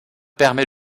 permet